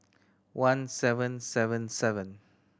one seven seven seven